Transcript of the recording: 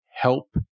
help